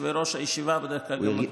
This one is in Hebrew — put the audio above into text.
ויושבי-ראש הישיבה בדרך כלל גם מקפידים על זה.